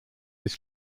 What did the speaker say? his